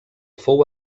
fou